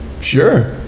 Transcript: Sure